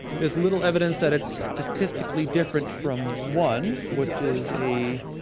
there's little evidence that it's statistically different from one which is a